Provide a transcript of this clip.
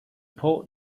port